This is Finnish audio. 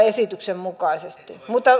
esityksen mukaisesti mutta